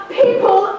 people